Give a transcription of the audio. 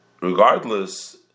Regardless